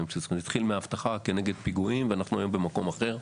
זה התחיל בגלל פיגועים ואנחנו היום במקום אחר.